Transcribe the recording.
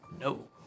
No